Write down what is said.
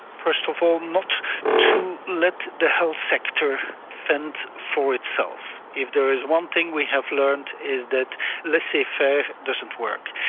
first of all not to let the health sector fend for itself. if there is one thing we have learned is that laissez faire doesn't work,